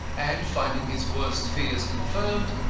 and, finding his worst fears confirmed,